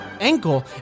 ankle